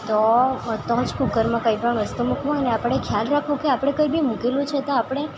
તો તોજ કૂકરમાં કંઇપણ વસ્તુ મૂકવાની આપણે ખ્યાલ રાખવો કે આપણે કંઇ બી મૂકેલું છે તો આપણે